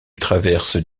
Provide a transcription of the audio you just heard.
traverse